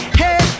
hey